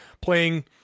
playing